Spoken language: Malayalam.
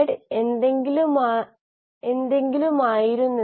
ഒരാൾ മനസിലാക്കേണ്ടത് വളരെയധികം ഉപാപചയ പ്രക്രിയകൾ മുകളിൽ പറഞ്ഞവയിൽ നടക്കുന്നു എന്നതാണ്